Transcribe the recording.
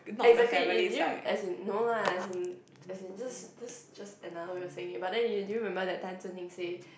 exactly if you as in no lah as in as in just just just another way of saying it but then do you remember that time Zi-Xin say